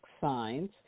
signs